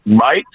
right